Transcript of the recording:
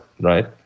right